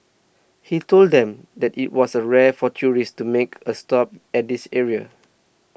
he told them that it was a rare for tourists to make a stop at this area